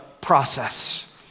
process